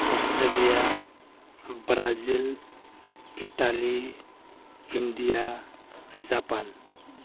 Australia Brazil Italy India Japan